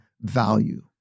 value